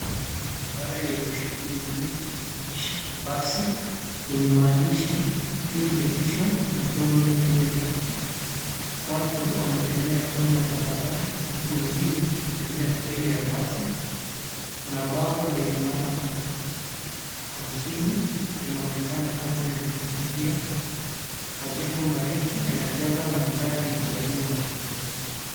Barabara yenye shughuli nyingi inaonyesha basi lenye maandishi Team Petiton na Prominent mbele yake. Watu wanatembea kando ya barabara huku wengine wakitembea mbele ya basi. Kuna bango lenye namba hamsini linaonekana kando ya njia. Majengo marefu yanajaza mandhari ya nyuma.